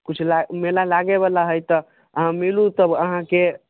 किछु लए मेला लागे बाला हइ तऽ अहाँ मिलु तब अहाँकेँ